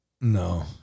No